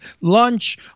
lunch